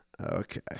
okay